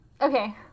Okay